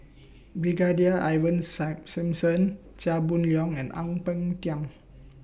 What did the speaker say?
Brigadier Ivan sigh Simson Chia Boon Leong and Ang Peng Tiam